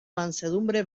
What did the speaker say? mansedumbre